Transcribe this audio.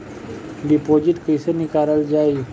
Deposit कैसे निकालल जाइ?